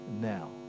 now